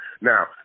now